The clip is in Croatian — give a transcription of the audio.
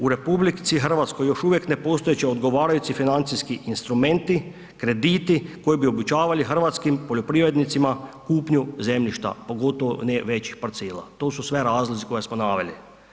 U RH još uvijek ne postoje odgovarajući financijski instrumenti, krediti, koji bi obećavali hrvatskim poljoprivrednicima kupnju zemljišta, pogotovo ne većih parcela, to su sve razlozi koje smo naveli.